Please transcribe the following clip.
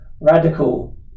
radical